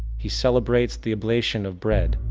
he celebrates the oblation of bread,